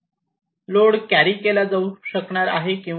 load carry केला जाऊ शकणार आहे किंवा नाही